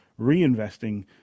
reinvesting